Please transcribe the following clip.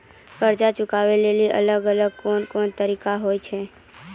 कर्जा चुकाबै लेली अलग अलग कोन कोन तरिका होय छै?